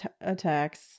attacks